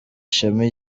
ishema